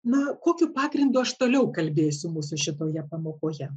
na kokiu pagrindu aš toliau kalbėsiu mūsų šitoje pamokoje